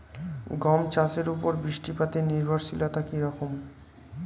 গম চাষের উপর বৃষ্টিপাতে নির্ভরশীলতা কী রকম?